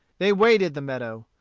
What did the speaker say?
they waded the meadow.